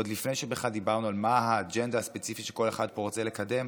עוד לפני שבכלל דיברנו על מה האג'נדה הספציפית שכל אחד פה רוצה לקדם,